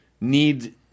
need